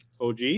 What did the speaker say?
OG